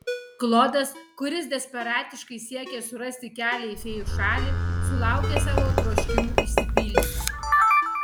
klodas kuris desperatiškai siekė surasti kelią į fėjų šalį sulaukė savo troškimų išsipildymo